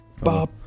Bob